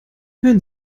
hören